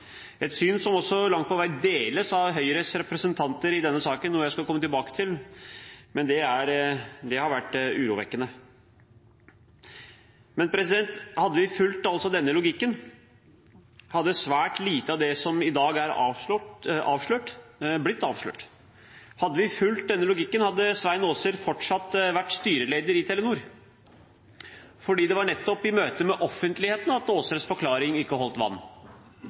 et syn som også langt på vei deles av Høyres representanter i denne saken, noe jeg skal komme tilbake til. Det har vært urovekkende. Men hadde vi fulgt denne logikken, hadde svært lite av det som i dag er avslørt, blitt avslørt. Hadde vi fulgt denne logikken, hadde Svein Aaser fortsatt vært styreleder i Telenor. For det var nettopp i møte med offentligheten at Aasers forklaring ikke holdt vann.